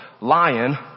lion